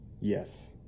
Yes